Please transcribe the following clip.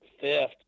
fifth